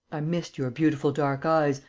i missed your beautiful dark eyes,